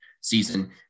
season